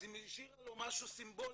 אז היא השאירה לו משהו סימבולי.